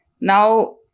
Now